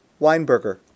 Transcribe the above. Weinberger